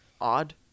odd